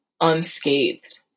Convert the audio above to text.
unscathed